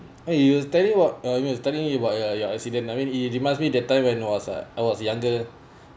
eh you telling what uh I mean you telling about you your your accident I mean it reminds me that time when was I was younger